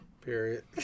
Period